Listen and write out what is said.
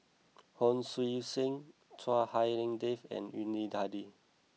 Hon Sui Sen Chua Hak Lien Dave and Yuni Hadi